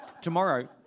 Tomorrow